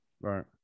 right